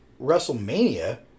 WrestleMania